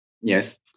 Yes